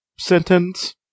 sentence